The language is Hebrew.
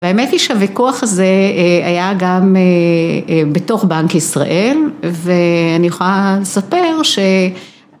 והאמת היא שהוויכוח הזה היה גם בתוך בנק ישראל ואני יכולה לספר ש...